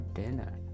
dinner